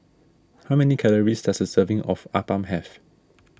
how many calories does a serving of Appam have